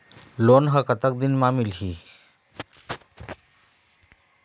Loan ह कतक दिन मा मिलही?